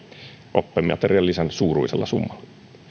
oppimateriaalilisän suuruisella summalla